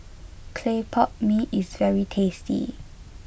Clay Pot Mee is very tasty